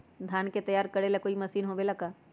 धान के तैयार करेला कोई मशीन होबेला का?